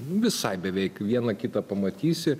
visai beveik vieną kitą pamatysi